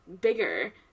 bigger